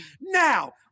now